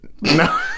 No